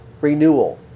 renewal